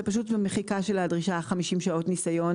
זה פשוט מחיקה של הדרישה 50 שעות ניסיון